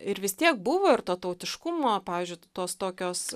ir vis tiek buvo ir to tautiškumo pavyzdžiui tos tokios